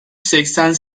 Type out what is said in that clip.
seksen